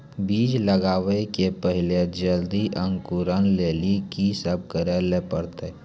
बीज लगावे के पहिले जल्दी अंकुरण लेली की सब करे ले परतै?